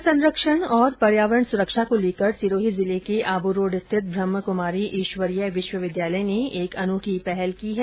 जल संरक्षण और पर्यावरण सुरक्षा को लेकर सिरोही जिले के आबू रोड स्थित ब्रह्मकुमारी ईश्वरीय विश्वविद्यालय ने एक अनूठी पहल की है